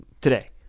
today